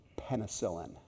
penicillin